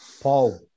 Paul